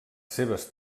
seves